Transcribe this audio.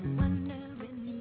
wondering